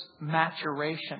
maturation